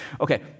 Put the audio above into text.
Okay